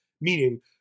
meaning